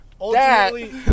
Ultimately